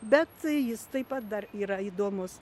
bet jis taip pat dar yra įdomus